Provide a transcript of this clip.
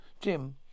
Jim